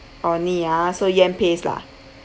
orh nee ah so yam paste lah